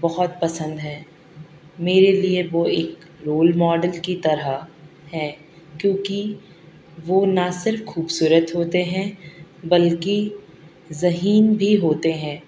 بہت پسند ہیں میرے لیے وہ ایک رول ماڈل کی طرح ہے کیونکہ وہ نہ صرف خوبصورت ہوتے ہیں بلکہ ذہین بھی ہوتے ہیں